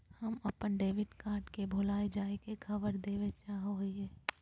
हम अप्पन debit card के भुला जाये के खबर देवे चाहे हियो